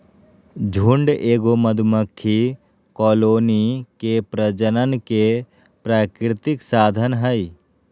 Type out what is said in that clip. झुंड एगो मधुमक्खी कॉलोनी के प्रजनन के प्राकृतिक साधन हइ